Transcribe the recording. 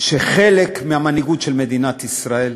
שחלק מהמנהיגות של מדינת ישראל,